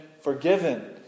forgiven